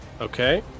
Okay